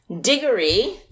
Diggory